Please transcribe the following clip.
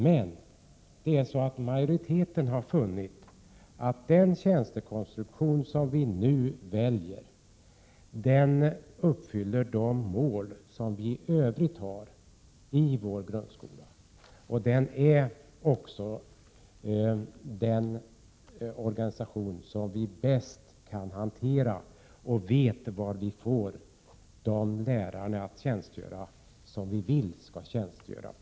Men majoriteten har funnit att den tjänstekonstruktion vi nu väljer uppfyller de mål som vi i övrigt har i vår grundskola. Det är också den organisation vi bäst kan hantera. Vi kommer att veta att lärarna tjänstgör där vi vill att de skall tjänstgöra.